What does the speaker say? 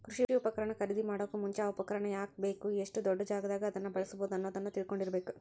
ಕೃಷಿ ಉಪಕರಣ ಖರೇದಿಮಾಡೋಕು ಮುಂಚೆ, ಆ ಉಪಕರಣ ಯಾಕ ಬೇಕು, ಎಷ್ಟು ದೊಡ್ಡಜಾಗಾದಾಗ ಅದನ್ನ ಬಳ್ಸಬೋದು ಅನ್ನೋದನ್ನ ತಿಳ್ಕೊಂಡಿರಬೇಕು